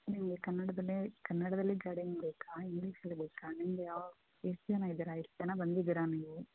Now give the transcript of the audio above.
ನಿಮಗೆ ಕನ್ನಡದಲ್ಲೇ ಕನ್ನಡದಲ್ಲೇ ಗೈಡೆನ್ ಬೇಕಾ ಇಂಗ್ಲೀಷಲ್ಲಿ ಬೇಕಾ ನಿಮ್ದು ಯಾವ ಎಷ್ಟು ಜನ ಇದ್ದಾರೆ ಎಷ್ಟು ಜನ ಬಂದಿದ್ದೀರ ನೀವು